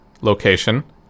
location